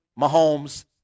Mahomes